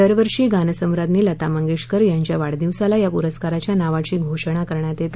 दरवर्षी गानसम्राज्ञी लता मंगेशकर यांच्या वाढदिवसाला या पुरस्काराच्या नावाची घोषणा करण्यात येते